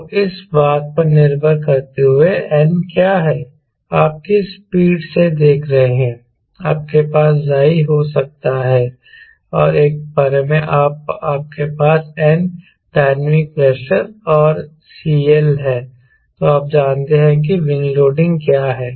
तो इस बात पर निर्भर करते हुए की n क्या है आप किस स्पीड से देख रहे हैं आपके पास Ψ̇ हो सकता है और एक बार आपके पास n डायनामिक प्रेशर और CL है तो आप जानते हैं विंग लोडिंग क्या है